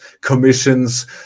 commissions